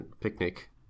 picnic